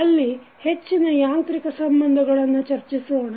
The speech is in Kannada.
ಅಲ್ಲಿ ಹೆಚ್ಚಿನ ಯಾಂತ್ರಿಕ ಸಂಬಂಧಗಳನ್ನು ಚರ್ಚಿಸೋಣ